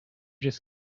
just